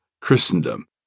Christendom